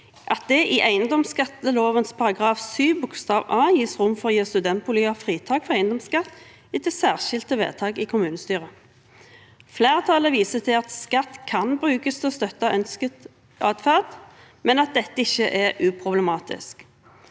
at det i eiendomsskatteloven § 7 bokstav a gis rom for å gi studentboliger fritak for eiendomsskatt etter særskilte vedtak i kommunestyret. Flertallet viser til at skatt kan brukes til å støtte ønsket adferd, men at dette ikke er uproblematisk.